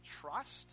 trust